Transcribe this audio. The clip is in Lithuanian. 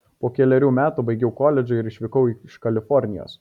po kelerių metų baigiau koledžą ir išvykau iš kalifornijos